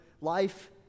life